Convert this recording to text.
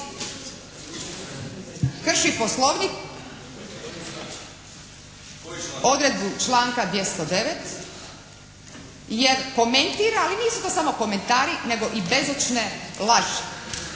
krši Poslovnik odredbu članka 209. jer komentira, ali nisu to samo komentari nego i bezočne laži.